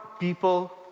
people